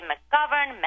McGovern